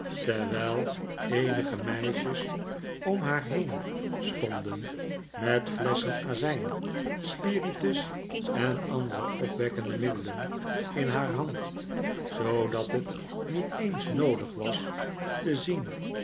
terwijl eenige meisjes om haar heen stonden met flesschen azijn spiritus en andere opwekkende rhiddelen in haar hand zoodat het niet eens noodig was te zien